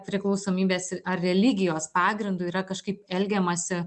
priklausomybės i ar religijos pagrindu yra kažkaip elgiamasi